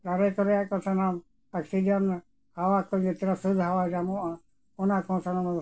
ᱫᱟᱨᱮ ᱠᱚᱨᱮᱭᱟᱜ ᱠᱚ ᱥᱟᱱᱟᱢ ᱚᱠᱥᱤᱡᱮᱱ ᱦᱟᱣᱟ ᱠᱚ ᱥᱩᱫᱷ ᱦᱟᱣᱟ ᱧᱟᱢᱚᱜᱼᱟ ᱚᱱᱟ ᱠᱚ ᱥᱟᱱᱟᱢ